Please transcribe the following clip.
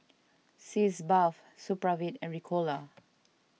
Sitz Bath Supravit and Ricola